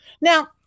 Now